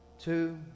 two